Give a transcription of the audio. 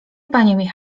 panie